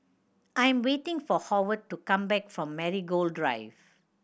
I am waiting for Howard to come back from Marigold Drive